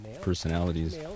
personalities